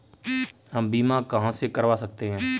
हम बीमा कहां से करवा सकते हैं?